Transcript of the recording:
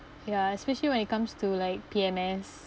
ya especially when it comes to like P_M_S